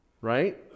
right